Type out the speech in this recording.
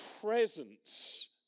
presence